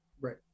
Right